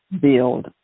build